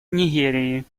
нигерии